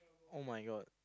[oh]-my-god